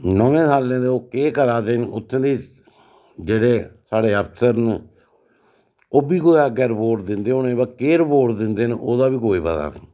नमें सालें दे ओह् केह् करा दे न उत्थूं दी जेह्ड़े साढ़े अफसर न ओह् बी कुतै अग्गें रपोर्ट दिंदे होने ब केह् रपोर्ट दिंदे न ओह्दा बी कोई पता नेईं